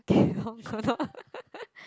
kelong